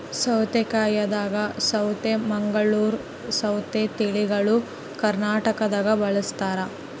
ಸೌತೆಕಾಯಾಗ ಸೌತೆ ಮಂಗಳೂರ್ ಸೌತೆ ತಳಿಗಳು ಕರ್ನಾಟಕದಾಗ ಬಳಸ್ತಾರ